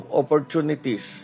opportunities